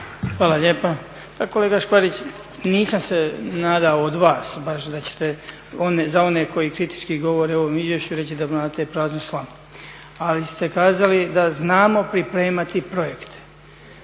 Hvala lijepa. Kolega Škvarić, nisam se nadao od vas baš da ćete za one koji kritički govore o ovom izvješću reći da mlate praznu slamu, ali ste kazali da znamo pripremati projekte.